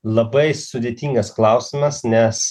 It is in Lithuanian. labai sudėtingas klausimas nes